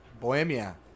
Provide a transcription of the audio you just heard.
Bohemia